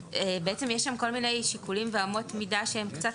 בעצם יש שם כל מיני שיקולים ואמות מידה שהם אולי קצת